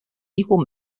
equal